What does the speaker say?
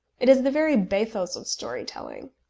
it is the very bathos of story-telling.